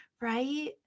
right